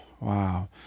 wow